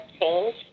change